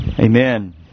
Amen